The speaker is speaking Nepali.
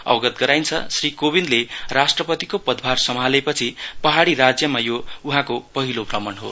अवगत गराइन्छ श्री कोविन्दले राष्ट्रपतिको पदभार सम्हालेपछि पहाडी राज्यमा यो उहाँको पहिलो भ्रमण हो